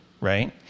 right